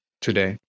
today